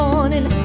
Morning